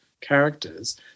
characters